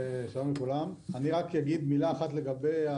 שלרגל הכנת הבקשה שמשתרעת על פני כעשרה עמודים,